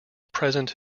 present